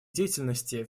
деятельности